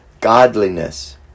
godliness